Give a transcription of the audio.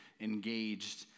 engaged